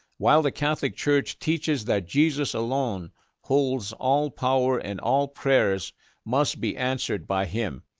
while the catholic church teaches that jesus alone holds all power and all prayers must be answered by him,